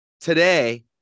today